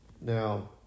Now